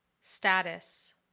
status